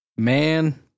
man